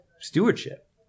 stewardship